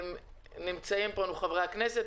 נמצאים איתנו חברי הכנסת,